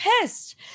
pissed